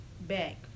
back